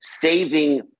saving